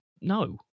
no